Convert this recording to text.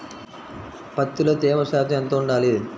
పత్తిలో తేమ శాతం ఎంత ఉండాలి?